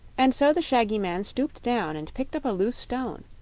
and so the shaggy man stooped down and picked up a loose stone,